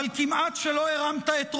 אבל כמעט שלא הרמת את ראשך.